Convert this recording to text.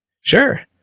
Sure